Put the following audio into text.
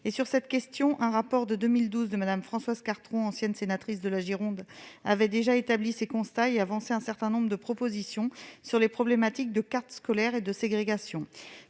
je suis d'accord. Un rapport de 2012 de Mme Françoise Cartron, ancienne sénatrice de la Gironde, avait déjà établi ces constats et avançait un certain nombre de propositions sur les problématiques de carte scolaire et de ségrégation.